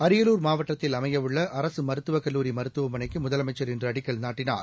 அரியலூர் மாவட்டத்தில் அமையவுள்ளஅரசுமருத்துவக் கல்லூரி மருத்துவமனைக்குமுதலமைச்சர் இன்றுஅடிக்கல் நாட்டினார்